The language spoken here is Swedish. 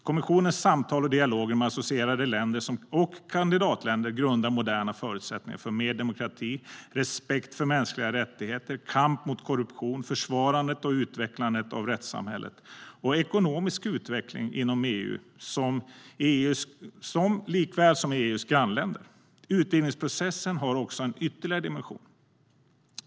Kommissionens samtal och dialoger med associerade länder och kandidatländer lägger grunden för moderna förutsättningar för mer demokrati, respekt för mänskliga rättigheter, kamp mot korruption, försvarandet och utvecklandet av rättssamhället och ekonomisk utveckling inom EU såväl som i EU:s grannländer. Utvidgningsprocessen har också en ytterligare dimension.